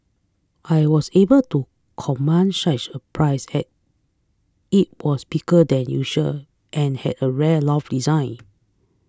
I was able to command such a price as it was bigger than usual and had a rare loft design